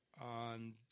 on